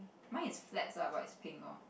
mine is flags lah but it's pink lor